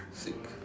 six